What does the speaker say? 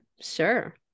sure